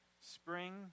spring